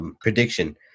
prediction